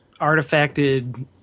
artifacted